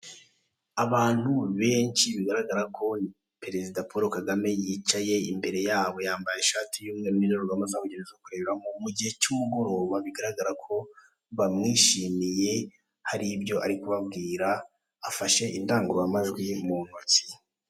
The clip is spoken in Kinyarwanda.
Abantu benshi bigaragarako perezida Polo Kagame yicaye imbere yabo yambaye ishati y'umweru n'indorerwamo zabugenewe zo kureberamo, mu gihe cy'umugoroba bigaragara ko bamwishimiye har'ibyo ari kubambwira afashe indangururamajwi mu ntoki ze.